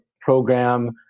program